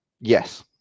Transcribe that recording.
Yes